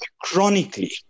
chronically